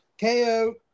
KO